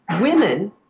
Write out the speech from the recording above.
women